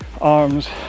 arms